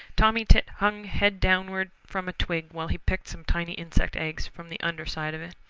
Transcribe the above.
tommy tit hung head downward from a twig while he picked some tiny insect eggs from the under side of it.